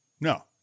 no